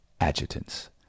adjutants